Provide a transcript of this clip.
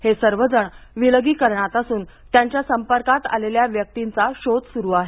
हे सर्व जण विलगीकरणात असून त्यांच्या संपर्कात आलेल्या व्यक्तींचा शोध सुरू आहे